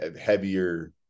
heavier